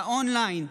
באון-ליין.